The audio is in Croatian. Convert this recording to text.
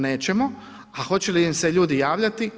Nećemo, a hoće li im se ljudi javljati?